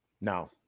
no